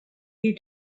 you